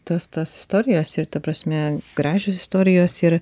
tos tos istorijos ir ta prasme gražios istorijos ir